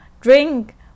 drink